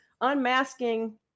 unmasking